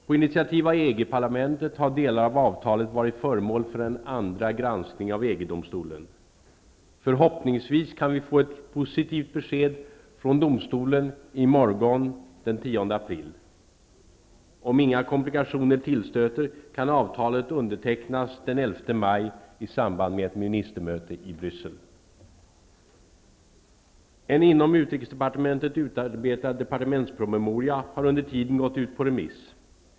På initiativ av EG-parlamentet har delar av avtalet varit föremål för en andra granskning av EG domstolen. Förhoppningsvis kan vi få ett positivt besked från domstolen i morgon den 10 april. Om inga komplikationer tillstöter kan avtalet undertecknas den 11 maj i samband med ett ministermöte i Bryssel. En inom utrikesdepartementet utarbetad departementspromemoria har under tiden gått ut på remiss.